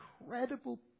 incredible